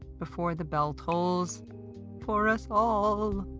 before the bell tolls for us all!